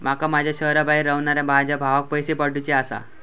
माका माझ्या शहराबाहेर रव्हनाऱ्या माझ्या भावाक पैसे पाठवुचे आसा